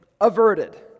averted